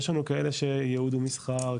יש לנו כאלה שייעוד למסחר,